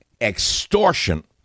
extortion